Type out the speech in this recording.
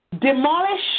demolish